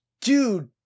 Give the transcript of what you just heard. Dude